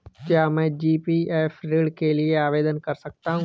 क्या मैं जी.पी.एफ ऋण के लिए आवेदन कर सकता हूँ?